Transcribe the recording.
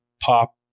pop